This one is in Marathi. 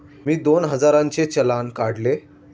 मी दोन हजारांचे चलान काढले